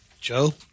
Joe